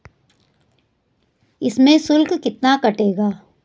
इसमें शुल्क कितना कटेगा?